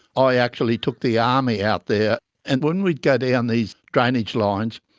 i actually took the army out there and when we'd go down these drainage lines,